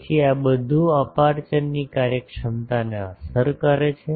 તેથી આ બધું અપેર્ચરની કાર્યક્ષમતાને અસર કરે છે